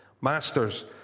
Masters